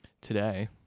today